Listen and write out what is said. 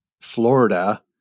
Florida